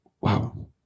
Wow